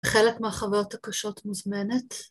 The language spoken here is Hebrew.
‫חלק מהחוויות הקשות מוזמנת.